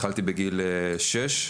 התחלתי בגיל 6,